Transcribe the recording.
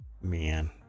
man